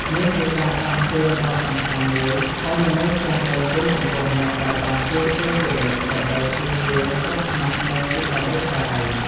នេះជាការដាស់តឿនដ៏សំខាន់មួយឲ្យមនុស្សចេះដឹងគុណចំពោះអ្នកដែលបានជួយខ្លួនជានិច្ច ដើម្បីចៀសវាងគ្រោះថ្នាក់និងវិប្បដិសារី។